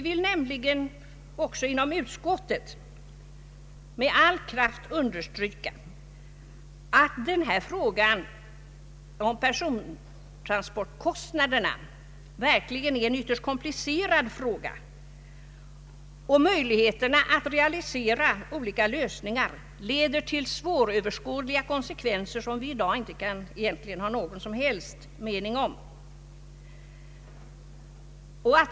Vi vill också från utskottets sida med all kraft understryka att frågan om persontransportkostnaderna verkligen är en ytterst komplicerad fråga och att möjligheterna att realisera olika lösningar leder till svåröverskådliga konsekvenser som vi i dag inte kan ha någon som helst mening om.